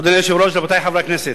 אדוני היושב-ראש, רבותי חברי הכנסת,